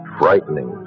frightening